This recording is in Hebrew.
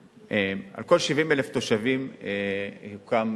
על כל 70,000 תושבים יוקם